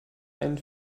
einen